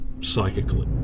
psychically